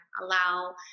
allow